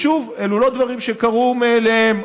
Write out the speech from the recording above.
שוב, אלה לא דברים שקרו מאליהם.